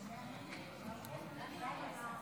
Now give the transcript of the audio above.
חבר הכנסת רון כץ,